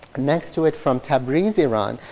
next to it from tabriz iran,